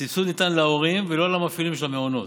הסבסוד ניתן להורים ולא למפעילים של המעונות,